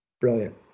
Brilliant